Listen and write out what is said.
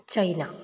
China